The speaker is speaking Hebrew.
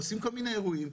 עושים כל מיני אירועים.